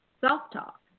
self-talk